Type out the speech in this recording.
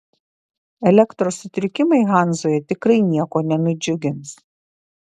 elektros sutrikimai hanzoje tikrai nieko nenudžiugins